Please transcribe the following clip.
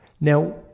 Now